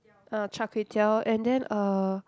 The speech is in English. ah char kway teow and then uh